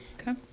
Okay